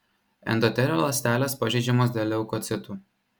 endotelio ląstelės pažeidžiamos dėl leukocitų